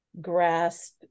grasp